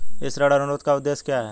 इस ऋण अनुरोध का उद्देश्य क्या है?